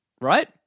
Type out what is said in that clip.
right